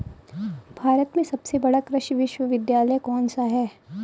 भारत में सबसे बड़ा कृषि विश्वविद्यालय कौनसा है?